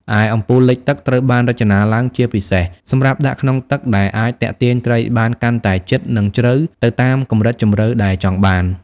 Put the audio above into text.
ឯ អំពូលលិចទឹក ត្រូវបានរចនាឡើងជាពិសេសសម្រាប់ដាក់ក្នុងទឹក ដែលអាចទាក់ទាញត្រីបានកាន់តែជិត និងជ្រៅទៅតាមកម្រិតជម្រៅដែលចង់បាន។